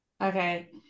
Okay